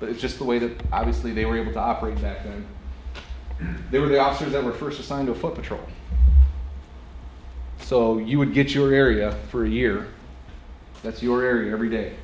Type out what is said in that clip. but it's just the way that obviously they were able to operate that they were the officers that were first assigned a foot patrol so you would get your area for a year that's your area every day